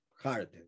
hard